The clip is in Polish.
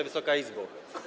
Wysoka Izbo!